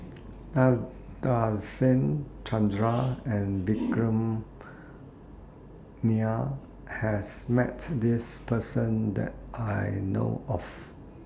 Nadasen Chandra and Vikram Nair has Met This Person that I know of